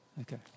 Okay